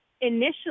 initially